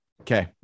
Okay